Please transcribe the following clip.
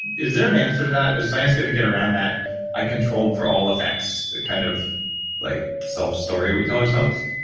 is there an answer to that? is science going to get around that i controlled for all effects, kind of like self story we tell ourselves?